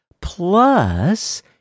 plus